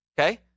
Okay